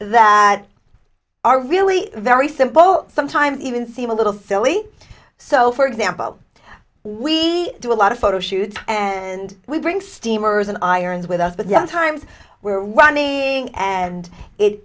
that are really very simple sometimes even seem a little silly so for example we do a lot of photo shoot and we bring steamers and irons with us but young times we're running and